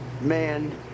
man